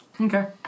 Okay